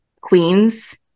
Queens